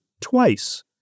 twice